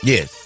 Yes